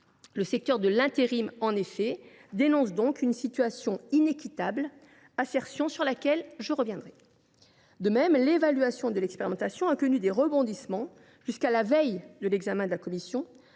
Le secteur de l’intérim dénonce donc une situation inéquitable, une assertion sur laquelle je reviendrai. De même, l’évaluation de l’expérimentation a connu des rebondissements jusqu’à la veille de l’examen en commission.